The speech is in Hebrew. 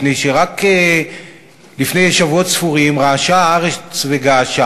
מפני שרק לפני שבועות ספורים רעשה הארץ וגעשה